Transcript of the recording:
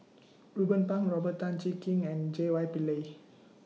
Ruben Pang Robert Tan Jee Keng and J Y Pillay